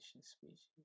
species